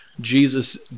Jesus